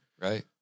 Right